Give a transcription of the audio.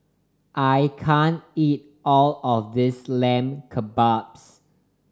I can't eat all of this Lamb Kebabs